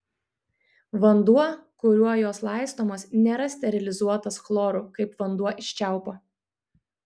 vanduo kuriuo jos laistomos nėra sterilizuotas chloru kaip vanduo iš čiaupo